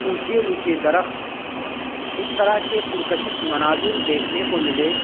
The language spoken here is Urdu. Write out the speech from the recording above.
اونچے اونچے درخت اس طرح کے پرکشش مناظر دیکھنے کو ملے